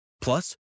Plus